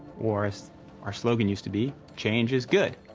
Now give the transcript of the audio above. or, as our slogan used to be, change is good.